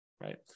right